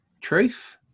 Truth